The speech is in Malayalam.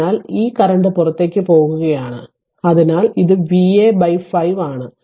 അതിനാൽ ഈ കറന്റ് പുറത്തേക്കു പോകുകയാണ് അതിനാൽ ഇത് Va 5 ആണ്